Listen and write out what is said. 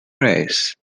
rays